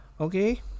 okay